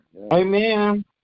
Amen